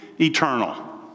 eternal